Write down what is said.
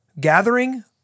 gathering